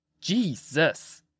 Jesus